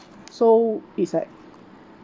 so it's like